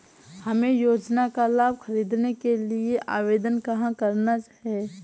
हमें योजना का लाभ ख़रीदने के लिए आवेदन कहाँ करना है?